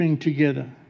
together